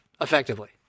effectively